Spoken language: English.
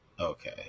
Okay